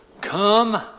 Come